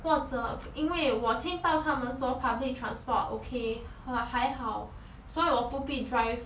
或者因为我听到他们说 public transport okay 哈还好所以我不必 drive